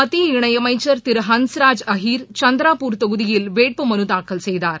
மத்திய இணை அமைச்சர் திரு ஹன்ஸ்ராஜ் அஹீர் சந்திராபூர் தொகுதியில் வேட்பு மனு தாக்கல் செய்தார்